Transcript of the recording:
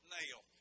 Nail